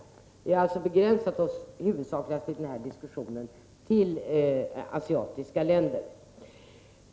I den här debatten har vi alltså huvudsakligen diskuterat asiatiska länder.